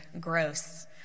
gross